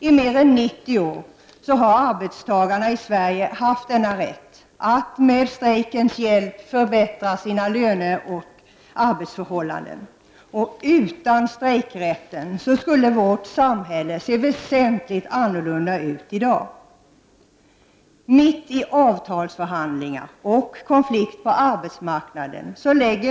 I mer än 90 år har arbetstagarna i Sverige haft denna rätt att med strejkens hjälp förbättra sina löneoch arbetsförhållanden. Utan strejkrätten hade vårt samhälle sett väsentligt annorlunda ut i dag.